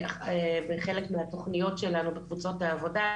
בחלק מהתכניות שלנו בקבוצות העבודה,